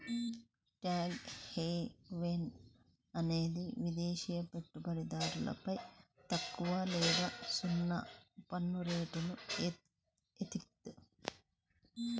tax haven అనేది విదేశి పెట్టుబడిదారులపై తక్కువ లేదా సున్నా పన్నురేట్లను ఏత్తాది